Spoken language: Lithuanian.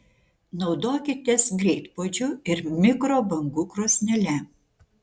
naudokitės greitpuodžiu ir mikrobangų krosnele